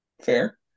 Fair